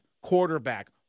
quarterback